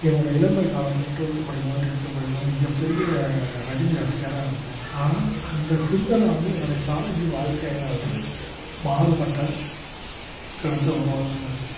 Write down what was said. என்னுடைய இளமைக் காலத்தில் டுவெல்த்து படிக்கும்போது டென்த்து படிக்கும்போது மிகப் பெரிய ரஜினி ரசிகராக இருந்தேன் ஆனால் அந்த சிந்தின வந்து என்னுடைய காலேஜ் வாழ்க்கையில வந்து மாறுபட்ட கருத்தை உருவாக்கினுச்சு